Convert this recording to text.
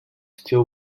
still